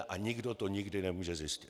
A nikdo to nikdy nemůže zjistit.